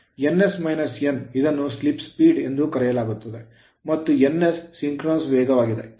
ns - n ಇದನ್ನು slip speed ಎಂದು ಕರೆಯಲಾಗುತ್ತದೆ ಮತ್ತು ns ಸಿಂಕ್ರೋನಸ್ ವೇಗವಾಗಿದೆ